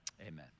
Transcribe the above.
amen